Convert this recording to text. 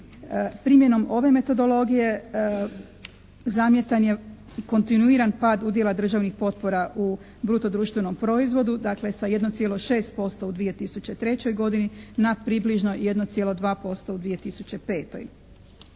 Primjenom ove metodologije zamjetan je kontinuiran pad udjela državnih potpora u bruto društvenom proizvodu, dakle sa 1,6% u 2003. godini na približno 1,2% u 2005.